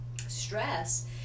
stress